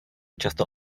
často